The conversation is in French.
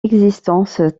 existence